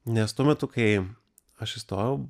nes tuo metu kai aš įstojau